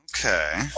Okay